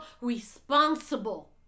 responsible